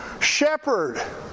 shepherd